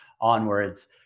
onwards